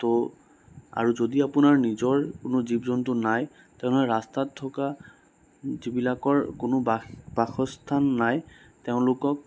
তো আৰু যদি আপোনাৰ নিজৰ কোনো জীৱ জন্তু নাই তেনেহ'লে ৰাস্তাত থকা যিবিলাকৰ কোনো বাস বাসস্থান নাই তেওঁলোকক